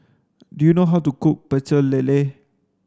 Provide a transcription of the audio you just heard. do you know how to cook pecel lele